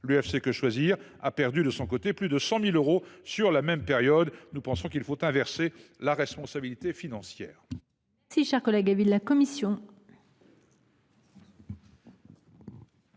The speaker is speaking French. l’UFC Que Choisir a perdu plus de 100 000 euros sur la même période. Nous pensons qu’il faut inverser la responsabilité financière.